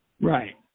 Right